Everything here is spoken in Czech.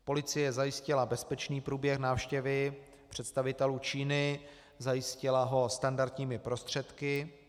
Policie zajistila bezpečný průběh návštěvy představitelů Číny, zajistila ho standardními prostředky.